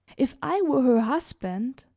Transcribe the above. if i were her husband,